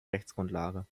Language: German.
rechtsgrundlage